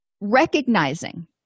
recognizing